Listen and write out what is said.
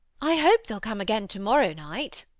i hope they'll come again tomorrow night.